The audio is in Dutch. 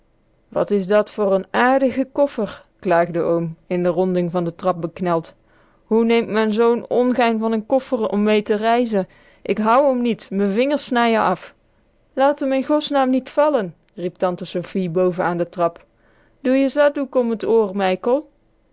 wat is dat voor n ààrdige koffer klaagde oom in de ronding van de trap bekneld hoe neemt men zoo'n ongein van n koffer om mee te reizen ik hou m niet me vingers snije af laat m in bosnaam niet vallen riep tante sofie boven an de trap doe je zaddoek om t oor